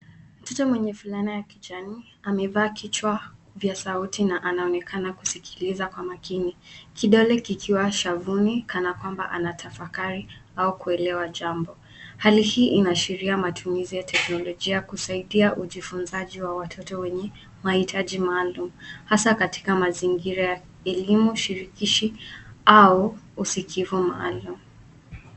Mtoo mwenye fulana ya kijani, amevaa kichwa vya sauti na anaonekana kusikiliza kwa makini, kidole kikiwa shavini, kana kwamba anatafakari, au kuelewa jambo. Hali hii inaashiria matumizi ya teknollojia kusaidia ujifunzaji wa watoto wenye mahitaji maalum, hasa katika mazingira ya elimu shiriki, au usikivu maalum.